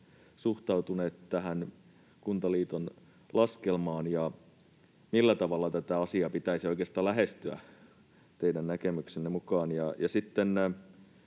suhtautunut tähän Kuntaliiton laskelmaan, ja millä tavalla tätä asiaa pitäisi oikeastaan lähestyä teidän näkemyksenne mukaan?